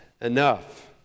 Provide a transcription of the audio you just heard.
enough